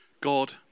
God